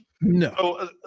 No